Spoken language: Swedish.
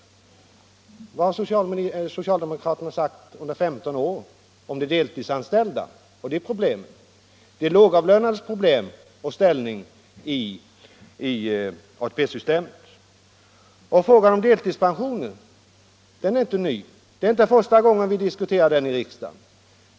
Vad har socialdemokraterna sagt under 15 år om de deltidsanställda och deras problem? Vad har de sagt om de lågavlönades ställning i ATP systemet? Och frågan om deltidspensionen är inte ny. Det är inte första gången vi diskuterar den i riksdagen.